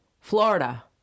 Florida